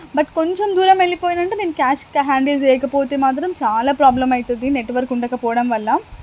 but కొంచెం దూరం వెళ్ళిపోయినానంటే మాత్రం క్యాష్ హ్యాండిల్ చేయకపోతే మాత్రం చాలా ప్రాబ్లమవుతుంది నెట్వర్క్ ఉండకపోవడం వల్ల